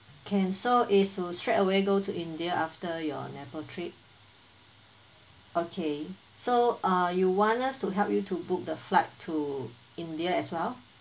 can so is uh straight away go to india after your nepal trip okay so uh you want us to help you to book the flight to india as well